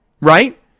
right